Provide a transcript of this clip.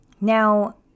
Now